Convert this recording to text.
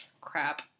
crap